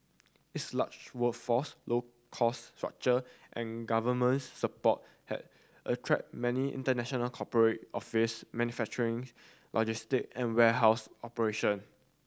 its large workforce low cost structure and government support has attracted many international corporate office manufacturing logistic and warehouse operation